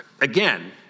Again